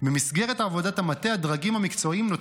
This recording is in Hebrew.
במסגרת עבודת המטה הדרגים המקצועיים נותנים